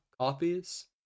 copies